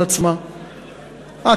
אה,